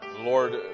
Lord